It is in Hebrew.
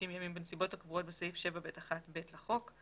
ימים בנסיבות הקבועות בסעיף 7ב1(ב) לחוק.